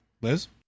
Liz